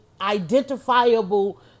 identifiable